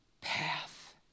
path